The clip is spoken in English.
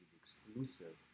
exclusive